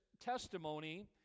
testimony